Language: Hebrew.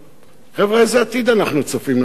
חבר'ה, איזה עתיד אנחנו צופים לאנשים האלה?